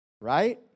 Right